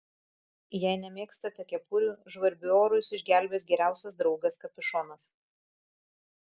jei nemėgstate kepurių žvarbiu oru jus išgelbės geriausias draugas kapišonas